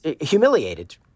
humiliated